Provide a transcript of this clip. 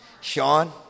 Sean